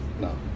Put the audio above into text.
no